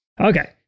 Okay